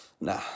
Nah